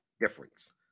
difference